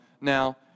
now